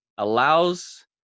allows